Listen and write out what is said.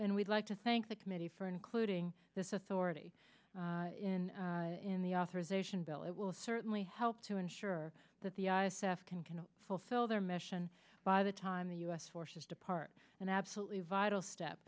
and we'd like to thank the committee for including this authority in in the authorization bill it will certainly help to ensure that the i s f can can fulfill their mission by the time the u s forces depart and absolutely vital step